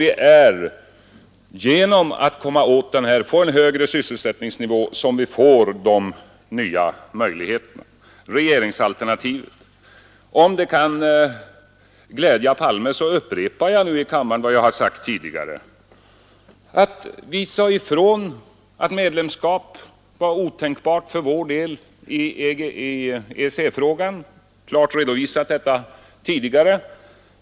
Det är genom en högre sysselsättningsnivå som vi får de nya möjligheterna. Så till regeringsalternativet. Om det kan glädja herr Palme, upprepar jag nu i riksdagen vad jag har sagt tidigare: I EEC-frågan sade vi ifrån att medlemskap var otänkbart för vår del. Vi har klart redovisat det tidigare.